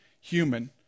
human